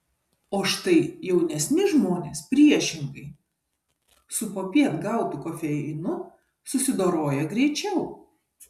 o štai jaunesni žmonės priešingai su popiet gautu kofeinu susidoroja greičiau